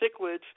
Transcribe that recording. cichlids